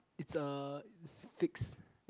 it's a fixed